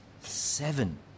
Seven